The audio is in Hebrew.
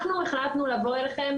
אנחנו החלטנו לבוא אליכם